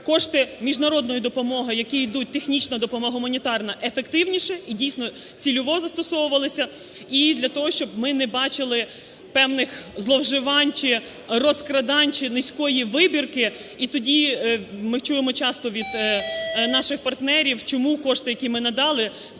кошти міжнародної допомоги, які йдуть, технічна допомога, гуманітарна, ефективніше, і, дійсно, цільово застосовувалися. І для того, щоб ми не бачили певних зловживань чи розкрадань, чи низької вибірки. І тоді ми чуємо дуже часто від наших партнерів, чому кошти, які ми надали,